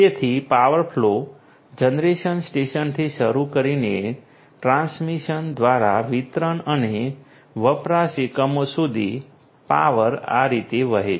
તેથી power flow generation સ્ટેશનથી શરૂ કરીને ટ્રાન્સમિશન દ્વારા વિતરણ અને વપરાશ એકમો સુધી પાવર આ રીતે વહે છે